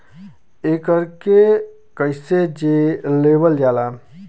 एकरके कईसे लेवल जाला?